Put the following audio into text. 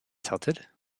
tilted